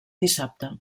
dissabte